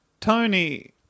Tony